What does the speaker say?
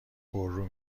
پررو